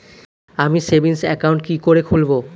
আমি savings account কি করে খুলব?